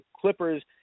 Clippers